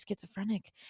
schizophrenic